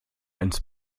ins